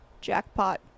jackpot